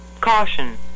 Caution